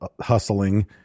hustling